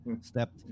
Stepped